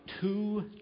two